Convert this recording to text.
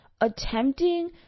attempting